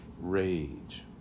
rage